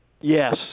yes